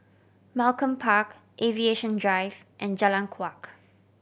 Malcolm Park Aviation Drive and Jalan Kuak